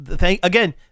again